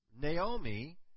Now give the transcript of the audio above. Naomi